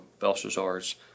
Belshazzar's